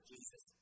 Jesus